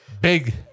big